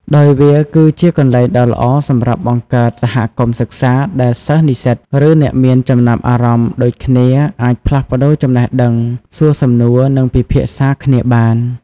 ដោយវាគឺជាកន្លែងដ៏ល្អសម្រាប់បង្កើតសហគមន៍សិក្សា ដែលសិស្ស និស្សិត ឬអ្នកមានចំណាប់អារម្មណ៍ដូចគ្នាអាចផ្លាស់ប្តូរចំណេះដឹង សួរសំណួរ និងពិភាក្សាគ្នាបាន។